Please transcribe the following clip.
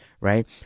right